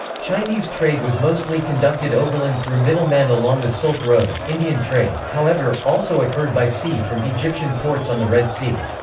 chinese trade was mostly conducted overland through middle men along the silk road indian trade, however, also occurred by sea from egyptian ports on the red sea.